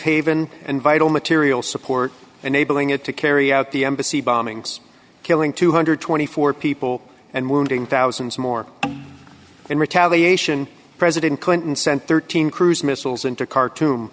haven and vital material support enabling it to carry out the embassy bombings killing two hundred and twenty four people and wounding thousands more in retaliation president clinton sent thirteen cruise missiles into kharto